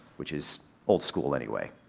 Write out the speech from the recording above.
which is old school anyway.